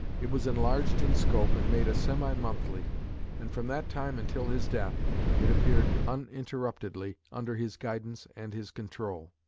it was enlarged in scope, and made a semi-monthly and from that time until his death it appeared uninterruptedly under his guidance and his control.